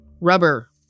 rubber